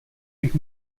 bych